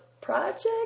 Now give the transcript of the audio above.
project